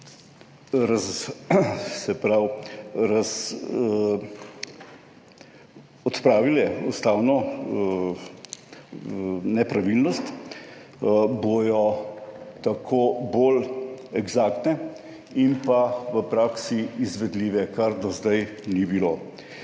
odpravile ustavno nepravilnost, bodo tako bolj eksaktne in v praksi izvedljive, kar do zdaj ni bilo.